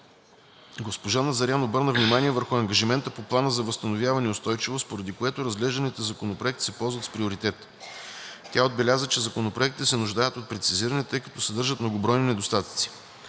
Госпожа Назарян обърна внимание върху ангажимента по Плана за възстановяване и устойчивост, поради което разглежданите законопроекти се ползват с приоритет. Тя отбеляза, че законопроектите се нуждаят от прецизиране, тъй като съдържат многобройни недостатъци.